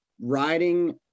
riding